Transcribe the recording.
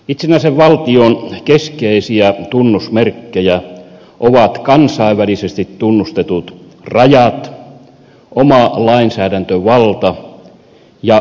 itsenäisen valtion keskeisiä tunnusmerkkejä ovat kansainvälisesti tunnustetut rajat oma lainsäädäntövalta ja oma raha